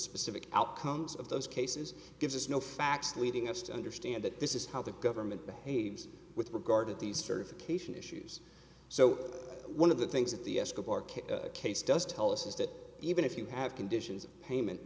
specific outcomes of those cases gives us no facts leading us to understand that this is how the government behaves with regard to these certification issues so one of the things that the case does tell us is that even if you have conditions of payment